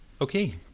Okay